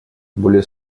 более